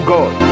God